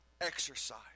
exercise